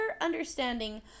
understanding